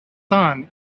son